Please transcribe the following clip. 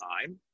time